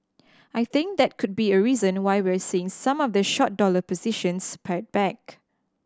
I think that could be a reason why we're seeing some of the short dollar positions pared back